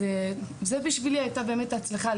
אז זה בשבילי היתה באמת ההצלחה,